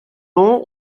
nom